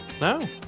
No